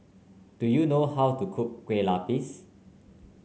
do you know how to cook Kueh Lupis